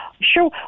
sure